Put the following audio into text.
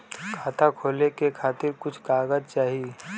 खाता खोले के खातिर कुछ कागज चाही?